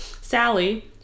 Sally